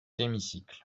hémicycle